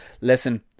Listen